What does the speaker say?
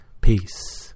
peace